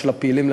הפעילות של